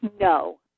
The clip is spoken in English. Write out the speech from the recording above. No